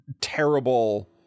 terrible